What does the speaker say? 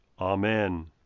Amen